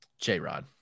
J-Rod